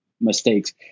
mistakes